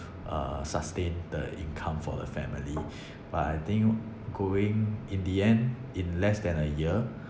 uh sustain the income for the family but I think going in the end in less than a year